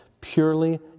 purely